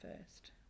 first